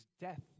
death